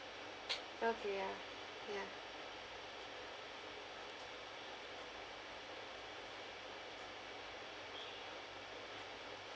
okay ya ya